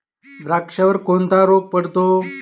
द्राक्षावर कोणता रोग पडतो?